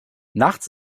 nachts